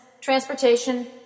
transportation